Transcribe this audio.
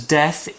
death